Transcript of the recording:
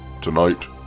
Tonight